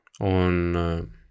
on